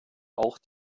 auch